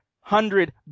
hundred